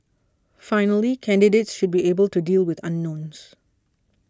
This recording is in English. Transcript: finally candidates should be able to deal with unknowns